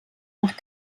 nach